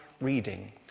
reading